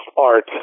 art